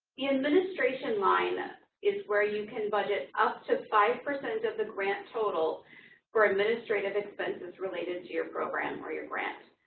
administration line is where you can budget up to five percent of the grant total for administrative expenses related to your program or your grant.